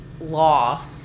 law